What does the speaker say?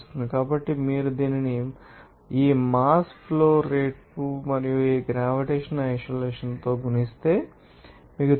కాబట్టి మీరు దీనిని ఈ మాస్ ఫ్లో రేటుతో మరియు ఈ గ్రావిటేషన్ ఐసోలేషన్తో గుణిస్తే మీకు 9